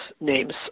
names